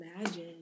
imagine